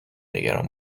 نگران